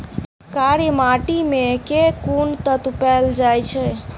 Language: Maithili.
कार्य माटि मे केँ कुन तत्व पैल जाय छै?